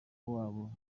wabo